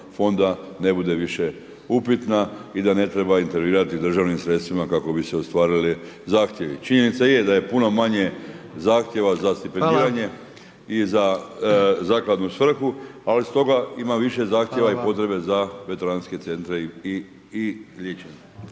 ne bude više upitna i da ne treba intervenirati državnim sredstvima kako bi se ostvarili zahtjevi. Činjenica je da je puno manje zahtjeva za stipendiranje i za zakladnu svrhu ali stoga ima više zahtjeva i potrebe za veteranske centre i liječnike.